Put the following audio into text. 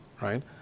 right